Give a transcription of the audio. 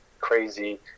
crazy